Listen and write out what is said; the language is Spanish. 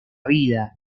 vida